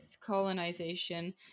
colonization